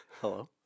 Hello